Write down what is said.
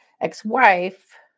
ex-wife